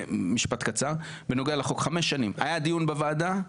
היה דיון בוועדה.